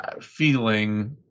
feeling